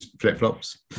flip-flops